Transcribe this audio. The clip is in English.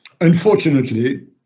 Unfortunately